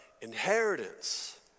inheritance